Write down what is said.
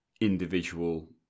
individual